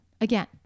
again